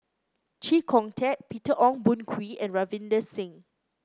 Chee Kong Tet Peter Ong Boon Kwee and Ravinder Singh